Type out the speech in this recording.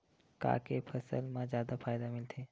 का के फसल मा जादा फ़ायदा मिलथे?